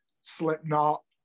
slipknot